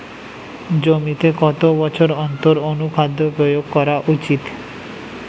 জমিতে কত বছর অন্তর অনুখাদ্য প্রয়োগ করা উচিৎ?